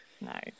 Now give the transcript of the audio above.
No